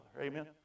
Amen